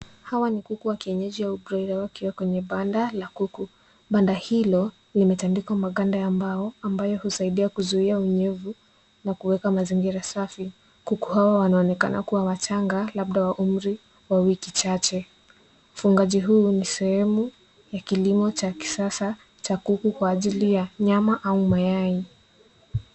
Hawa ni kuku wa kienyeji au broiler wakiwa kwenye banda la kuku. Banda hilo limetandikwa maganda ya mbao ambayo husaidia kuzuia unyevu na kuweka mazingira safi. Kuku hawa wanaonekana kuwa wachanga labda wa umri wa wiki chache. Ufugaji huu ni sehemu ya kilimo cha kisasa cha kuku kwa ajili ya nyama au mayai.